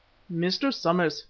mr. somers,